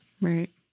Right